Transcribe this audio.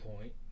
Point